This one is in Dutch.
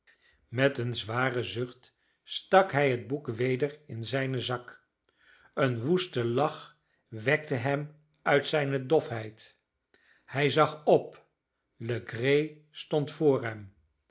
met een zwaren zucht stak hij het boek weder in zijnen zak een woeste lach wekte hem uit zijne dofheid hij zag op legree stond